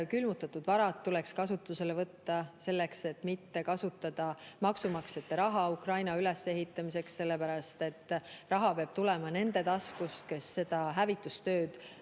külmutatud varad tuleks kasutusele võtta, selleks et mitte kasutada maksumaksjate raha Ukraina ülesehitamiseks, sellepärast et raha peab tulema nende taskust, kes seda hävitustööd ellu